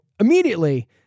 immediately